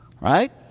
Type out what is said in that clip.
Right